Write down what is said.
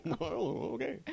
Okay